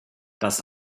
das